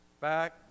back